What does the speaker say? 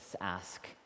ask